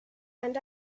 and